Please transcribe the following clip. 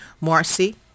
Marcy